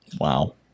Wow